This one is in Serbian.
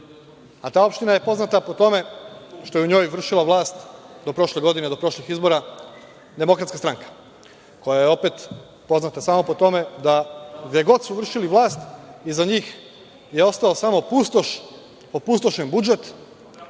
Ta opština je poznata po tome što je u njoj vršila vlast do prošle godine, do prošlih izbora DS, koja je opet poznata samo po tome da gde god su vršili vlast iza njih je ostala samo pustoš, opustošen budžet,